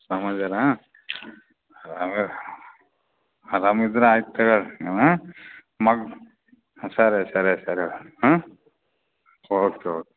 ಆರಾಮ ಇದ್ದಾರಾ ಆರಾಮ ಇದ್ರೆ ಆಯ್ತು ತಗೊಳ್ಳಿ ಹಾಂ ಮಗ ಸರಿ ಸರಿ ಸರಿ ಹ್ಞೂ ಓಕೆ ಓಕೆ